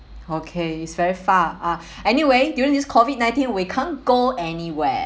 okay it's very far uh anyway during this COVID nineteen we can't go anywhere